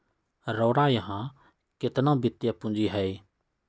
रउरा इहा केतना वित्तीय पूजी हए